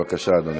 בבקשה, אדוני.